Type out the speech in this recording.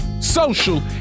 social